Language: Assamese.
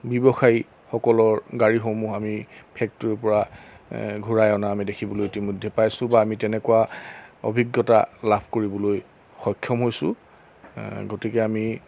ব্যৱসায়ীসকলৰ গাড়ীসমূহ আমি ফেক্টৰীৰপৰা ঘূৰাই অনা আমি দেখিবলৈ ইতিমধ্যে পাইছোঁ বা আমি তেনেকুৱা অভিজ্ঞতা লাভ কৰিবলৈ সক্ষম হৈছোঁ গতিকে আমি